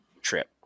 trip